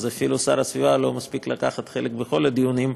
אז אפילו שר הסביבה לא מספיק לקחת חלק בכל הדיונים,